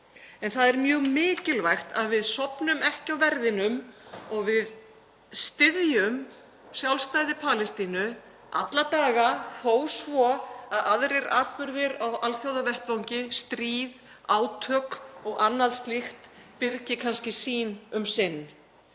En það er mjög mikilvægt að við sofnum ekki á verðinum og við styðjum sjálfstæði Palestínu alla daga þó svo að aðrir atburðir á alþjóðavettvangi; stríð, átök og annað slíkt, birgi kannski sýn um sinn.